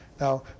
Now